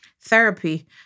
therapy